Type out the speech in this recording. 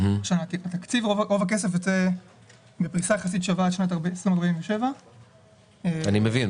אבל התקציב ורוב הכסף יוצא בפריסה יחסית שווה עד לשנת 2047. אני מבין,